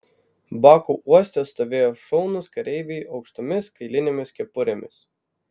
baku uoste stovėjo šaunūs kareiviai aukštomis kailinėmis kepurėmis